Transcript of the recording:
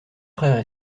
frères